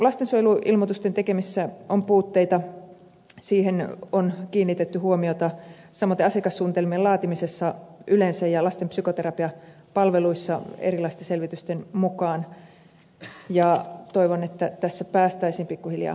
lastensuojeluilmoitusten tekemisessä on puutteita siihen on kiinnitetty huomiota samaten asiakassuunnitelmien laatimisessa yleensä ja lasten psykoterapiapalveluissa erilaisten selvitysten mukaan ja toivon että tässä päästäisiin pikkuhiljaa eteenpäin